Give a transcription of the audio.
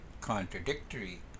contradictory